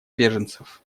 беженцев